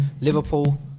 Liverpool